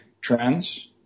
trends